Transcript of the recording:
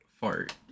fart